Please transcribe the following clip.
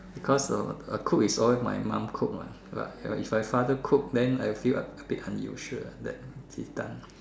because cook is always my mum cook what but if my father cook I feel it's a bit unusual that he's done